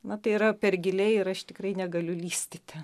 na tai yra per giliai ir aš tikrai negaliu lįsti ten